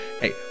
hey